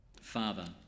Father